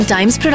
Times